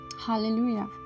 Hallelujah